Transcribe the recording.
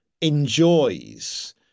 enjoys